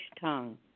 tongue